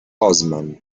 osman